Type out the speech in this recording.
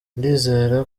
ndizera